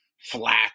flat